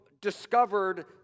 discovered